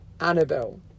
Annabelle